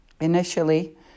Initially